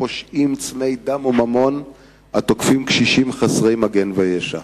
פושעים צמאי דם או ממון התוקפים קשישים חסרי מגן וישע.